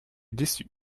déçue